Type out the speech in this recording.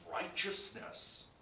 righteousness